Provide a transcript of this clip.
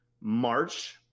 March